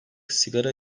sigara